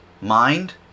mind